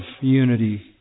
unity